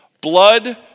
Blood